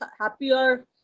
happier